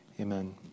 Amen